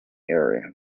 area